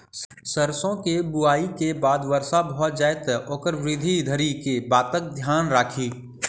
सैरसो केँ बुआई केँ बाद वर्षा भऽ जाय तऽ ओकर वृद्धि धरि की बातक ध्यान राखि?